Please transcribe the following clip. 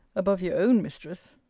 above your own mistress.